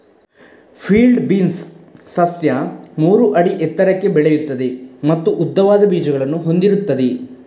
field beans ಸಸ್ಯ ಮೂರು ಅಡಿ ಎತ್ತರಕ್ಕೆ ಬೆಳೆಯುತ್ತದೆ ಮತ್ತು ಉದ್ದವಾದ ಬೀಜಗಳನ್ನು ಹೊಂದಿರುತ್ತದೆ